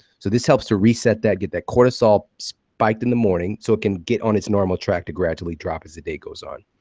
so this helps to reset that. get that cortisol spiked in the morning so it can get on its normal track to gradually drop as the day goes on.